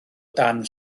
dan